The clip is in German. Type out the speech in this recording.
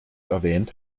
erwähnt